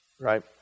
Right